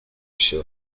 issue